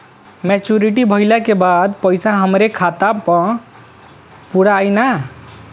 Maturity भईला के बाद पईसा हमरे खाता म पूरा आई न?